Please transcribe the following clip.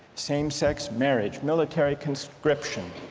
same sex marriage, military conscription,